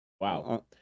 Wow